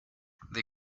they